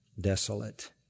desolate